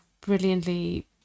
brilliantly